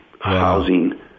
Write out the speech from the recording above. housing